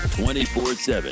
24-7